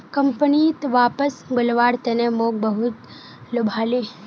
कंपनीत वापस बुलव्वार तने मोक बहुत लुभाले